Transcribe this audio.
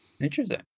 Interesting